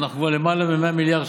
למשפחה לדעת מה עלה בגורלו.